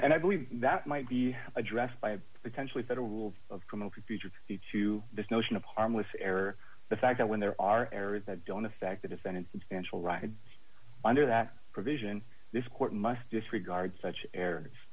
and i believe that might be addressed by potentially federal rules of criminal procedure due to this notion of harmless error the fact that when there are areas that don't affect the defendant substantial right under that provision this court must disregard such